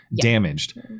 damaged